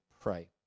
pray